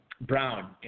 Brown